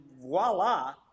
voila